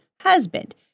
husband